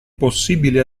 possibile